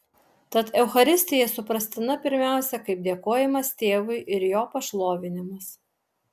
tad eucharistija suprastina pirmiausia kaip dėkojimas tėvui ir jo pašlovinimas